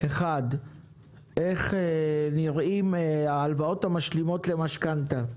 1. איך נראות ההלוואות המשלימות למשכנתה.